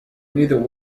neither